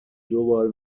دوبار